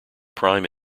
prime